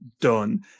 done